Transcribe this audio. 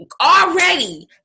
already